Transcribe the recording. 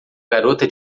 garota